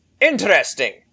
Interesting